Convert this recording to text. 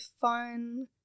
fun